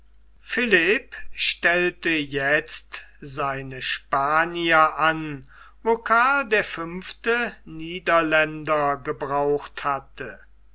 philipp stellte jetzt seine spanier an wo karl der fünfte niederländer gebraucht hatte